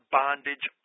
bondage